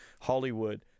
Hollywood